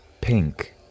pink